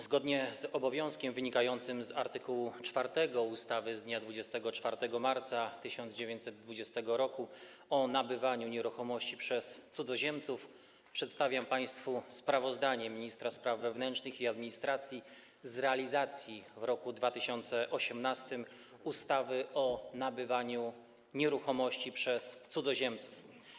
Zgodnie z obowiązkiem wynikającym z art. 4 ustawy z dnia 24 marca 1920 r. o nabywaniu nieruchomości przez cudzoziemców przedstawiam państwu sprawozdanie ministra spraw wewnętrznych i administracji z realizacji w roku 2018 ustawy o nabywaniu nieruchomości przez cudzoziemców.